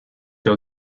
too